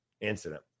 incident